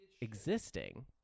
existing